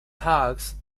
hawks